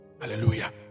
Hallelujah